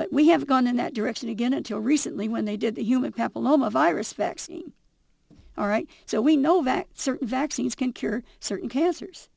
but we have gone in that direction again until recently when they did the human papilloma virus vaccine all right so we know back certain vaccines can cure certain cancers